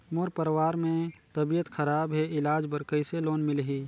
मोर परवार मे तबियत खराब हे इलाज बर कइसे लोन मिलही?